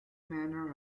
manor